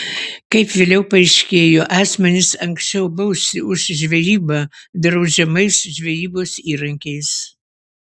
kaip vėliau paaiškėjo asmenys anksčiau bausti už žvejybą draudžiamais žvejybos įrankiais